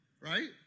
right